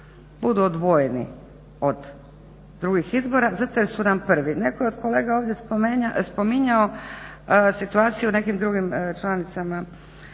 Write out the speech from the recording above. budu odvojeni od drugih izbora zato jer su nam prvi. Netko je od kolega ovdje spominjao situaciju u nekim drugim članicama